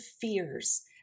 fears